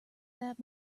that